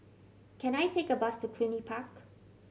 can I take a bus to Cluny Park